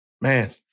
Man